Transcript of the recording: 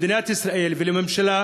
למדינת ישראל ולממשלה: